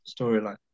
storyline